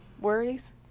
worries